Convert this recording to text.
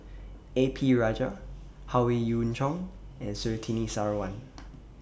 A P Rajah Howe Yoon Chong and Surtini Sarwan